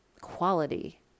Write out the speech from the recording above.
quality